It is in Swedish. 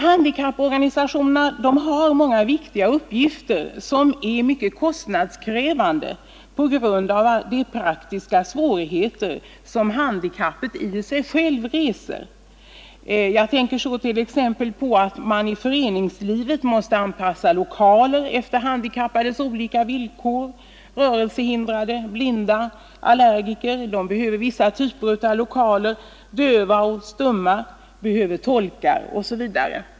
Handikapporganisationerna har många viktiga uppgifter, som är mycket kostnadskrävande på grund av de praktiska svårigheter som handikappet i sig självt reser. Jag tänker t.ex. på att man i föreningslivet måste anpassa lokaler efter de handikappades olika villkor: rörelsehindrade, blinda och allergiker behöver vissa typer av lokaler, döva och stumma behöver tolkar osv.